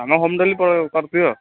ଆମେ ହୋମ୍ କରିଦିଅ